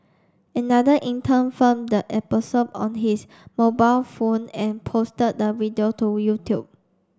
another intern filmed the episode on his mobile phone and posted the video to YouTube